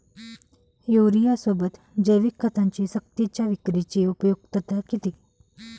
युरियासोबत जैविक खतांची सक्तीच्या विक्रीची उपयुक्तता किती?